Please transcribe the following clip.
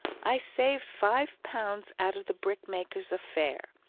i saved five pounds out of the brickmaker's affair,